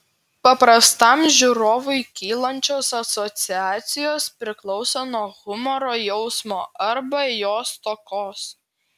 paprastam žiūrovui kylančios asociacijos priklauso nuo humoro jausmo arba jo stokos